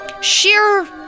sheer